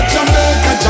Jamaica